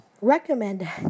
recommend